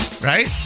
right